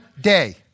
day